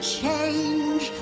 change